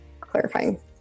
clarifying